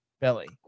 Billy